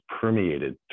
permeated